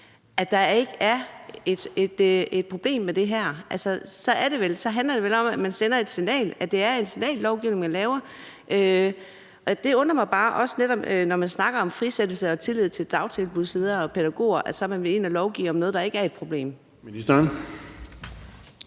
at der ikke er et problem med det her? Så handler det vel om, at det er en signallovgivning, man laver, og det undrer mig bare, også når man netop snakker om frisættelse og tillid til dagtilbudsledere og pædagoger, at man så vil ind og lovgive om noget, der ikke er et problem.